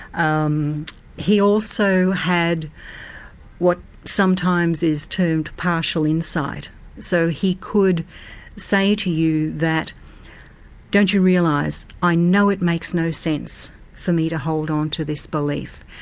um he also had what sometimes is termed partial insight so he could say to you that don't you realise i know it makes no sense for me to hold on to this belief,